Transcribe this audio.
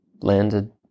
landed